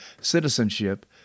citizenship